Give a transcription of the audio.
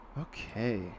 Okay